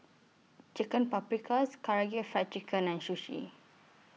Chicken Paprikas Karaage Fried Chicken and Sushi